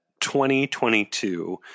2022